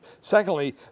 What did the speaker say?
secondly